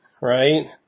right